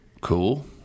Cool